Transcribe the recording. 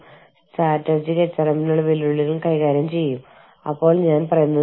അന്താരാഷ്ട്ര മാനവ വിഭവശേഷി വെല്ലുവിളികളുടെ ഈ ഭാഗത്ത് എനിക്ക് ഇന്ന് നിങ്ങൾക്കായി ഉള്ളത് ഇത്രെയുമാണ്